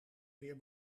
weer